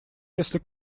если